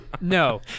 No